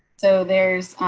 so there's,